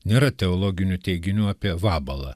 nėra teologinių teiginių apie vabalą